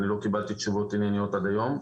אני לא קיבלתי תשובות ענייניות עד היום.